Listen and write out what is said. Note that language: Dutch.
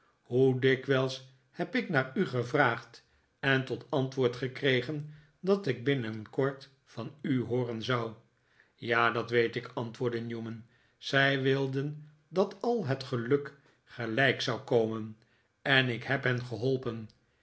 hoe dikwijls heb ik naar u gevraagd en tot antwoord gekregen dat ik binnenkort van u hooren zou ja dat weet ik antwoordde newman zij wilden dat al het geluk tegelijk zou komen ik heb hen geholpen